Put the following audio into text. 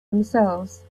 themselves